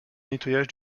nettoyage